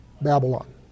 Babylon